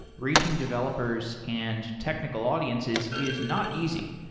reaching developers and technical audiences is not easy,